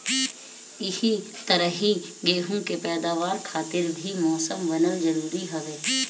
एही तरही गेंहू के पैदावार खातिर भी मौसम बनल जरुरी हवे